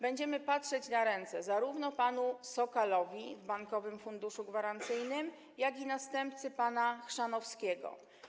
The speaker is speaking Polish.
Będziemy patrzeć na ręce zarówno panu Sokalowi w Bankowym Funduszu Gwarancyjnym, jak i następcy pana Chrzanowskiego.